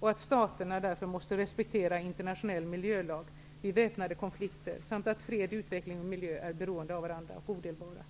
och att staterna därför måste respektera internationell miljölag vid väpnade konflikter samt att fred, utveckling och miljö är beroende av varandra och odelbara.